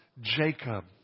Jacob